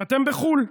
אתם בחו"ל.